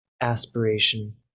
aspiration